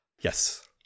Yes